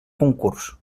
concurs